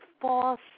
false